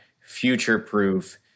future-proof